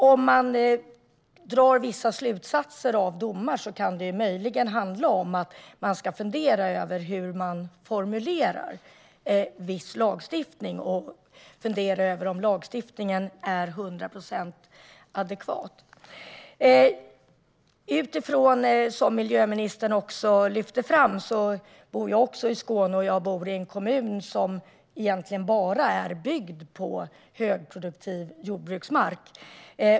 Om man drar vissa slutsatser av domar kan det möjligen handla om att man ska fundera över hur lagstiftningen är formulerad och om en viss lagstiftning är hundra procent adekvat. Som miljöministern lyfte fram bor också jag i Skåne, och jag bor i en kommun som är byggd bara på högproduktiv jordbruksmark.